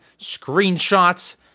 screenshots